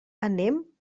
anem